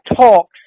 talks